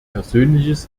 persönliches